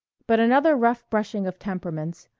but another rough brushing of temperaments,